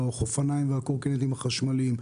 האופניים והקורקינטים החשמליים,